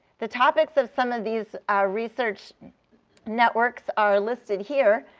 the topics of some of these research networks are listed here.